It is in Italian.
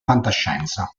fantascienza